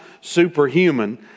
superhuman